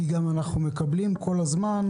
נאמר לנו כל הזמן: